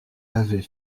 avait